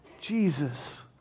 Jesus